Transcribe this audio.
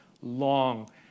long